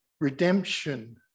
redemption